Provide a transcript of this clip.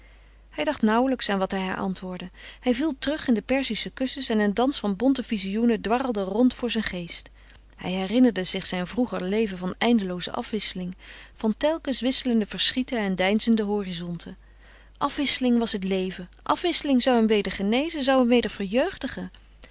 hij dacht nauwelijks aan wat hij haar antwoordde hij viel terug in de perzische kussens en een dans van bonte vizioenen dwarrelde rond voor zijn geest hij herinnerde zich zijn vroeger leven van eindelooze afwisseling van telkens wisselende verschieten en deinzende horizonten afwisseling van het leven afwisseling zou hem weder verjeugdigen